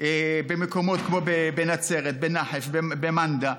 במקומות כמו נצרת, נחף, מנדא,